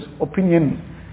opinion